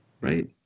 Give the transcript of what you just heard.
right